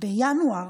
בינואר